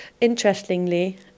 Interestingly